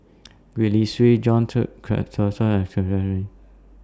Gwee Li Sui John